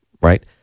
Right